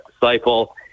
disciple